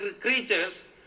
creatures